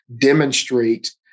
demonstrate